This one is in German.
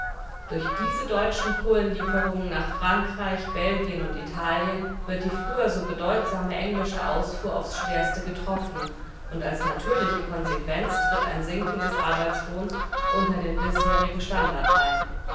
durch diese deutschen kohlenlieferungen nach frankreich belgien und italien wird die früher so bedeutsame englische ausfuhr aufs schwerste getroffen und als natürliche konsequenz tritt ein sinken des arbeitslohnes unter den bisherigen standard ein